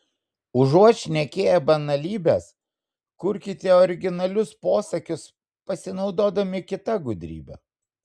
užuot šnekėję banalybes kurkite originalius posakius pasinaudodami kita gudrybe